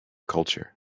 culture